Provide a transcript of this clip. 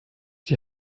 die